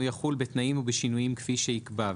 או יחול בתנאים ובשינויים כפי שייקבע,